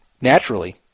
naturally